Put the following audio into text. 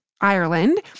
ireland